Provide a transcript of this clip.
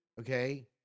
okay